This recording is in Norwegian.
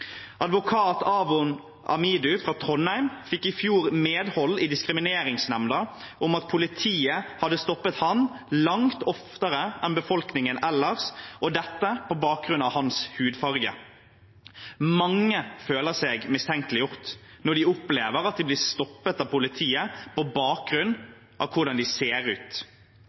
Advokat Awon Amidu fra Trondheim fikk i fjor medhold i diskrimineringsnemnda i at politiet hadde stoppet ham langt oftere enn befolkningen ellers, og dette på bakgrunn av hans hudfarge. Mange føler seg mistenkeliggjort når de opplever at de blir stoppet av politiet på bakgrunn av hvordan de ser ut.